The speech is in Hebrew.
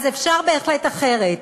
אז אפשר בהחלט אחרת.